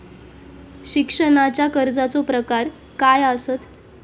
शिक्षणाच्या कर्जाचो प्रकार काय आसत?